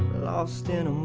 lost in um